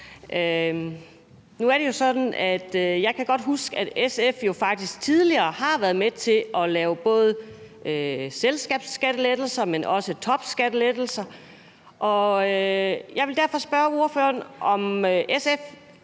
Nu er det sådan, at jeg godt kan huske, at SF faktisk tidligere har været med til både at lave selskabsskattelettelser, men også topskattelettelser. Og jeg vil derfor spørge ordføreren, om SF